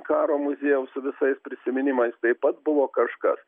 karo muziejaus su visais prisiminimais taip pat buvo kažkas